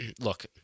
look